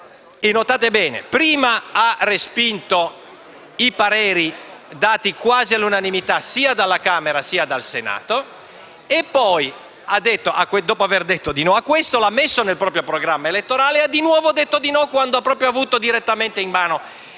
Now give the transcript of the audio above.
il Governo prima ha respinto i pareri dati quasi all'unanimità sia dalla Camera, sia dal Senato e, dopo aver detto ad essi di no, li ha messi nel proprio programma elettorale e di nuovo ha detto di no quando ha avuto direttamente in mano